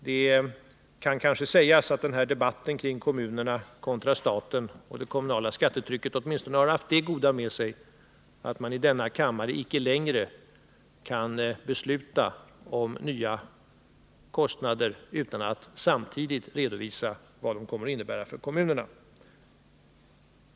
Det kan sägas att den här debatten om kommunerna kontra staten och det kommunala skattetrycket åtminstone har haft det goda med sig att man i denna kammare icke längre kan besluta om nya kostnader utan att samtidigt redovisa vad de kommer att innebära för kommunerna.